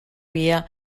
via